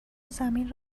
زمین